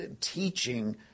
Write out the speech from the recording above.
teaching